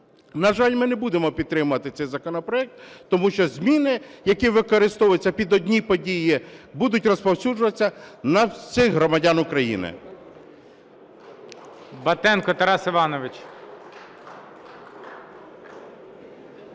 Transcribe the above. На жаль, ми не будемо підтримувати цей законопроект, тому що зміни, які використовуються під одні події, будуть розповсюджуватися на всіх громадян України. ГОЛОВУЮЧИЙ. Батенко Тарас Іванович.